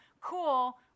cool